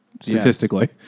statistically